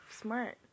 smart